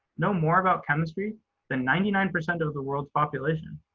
know more about chemistry than ninety nine percent of the world's population.